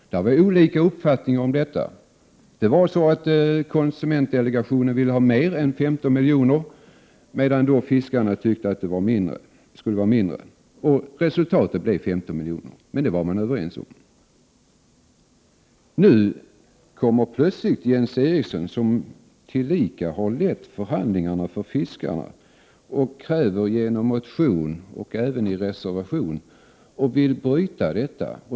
Det har varit olika uppfattningar om detta. Konsumentdelegationen vill ha mer än 15 milj.kr., medan fiskarna vill ha mindre. Resultatet blev 15 milj.kr. Men det var man överens om. Nu kommer Jens Eriksson, som tillika har lett förhandlingarna för fiskarna, och kräver i en motion och även i en reservation att få bryta denna överenskommelse.